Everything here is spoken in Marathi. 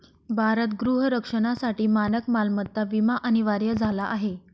भारत गृह रक्षणासाठी मानक मालमत्ता विमा अनिवार्य झाला आहे